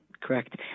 correct